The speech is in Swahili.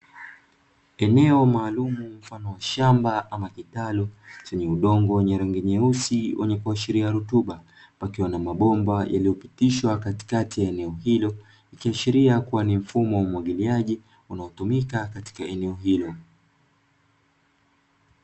Eneo maalumu mfano wa shamba ama kitalu, chenye udongo wenye rangi nyeusi wenye kuashiria rutuba, pakiwa na mabomba yaliyopitishwa katikati ya eneo hilo, ikiashiria kuwa mfumo wa umwagiliaji, unaotumika katika eneo hilo.